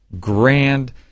grand